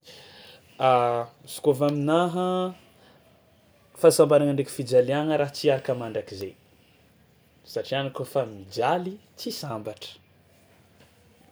Izy kaofa aminaha fahasambaragna ndraiky fijaliagna raha tsy hiaraka miaraka mandrakizay satria anao kaofa mijaly tsy sambatra.